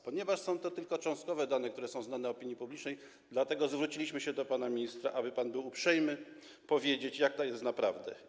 Ponieważ są to tylko cząstkowe dane, które są znane opinii publicznej, zwróciliśmy się do pana ministra, aby był uprzejmy powiedzieć, jak to jest naprawdę.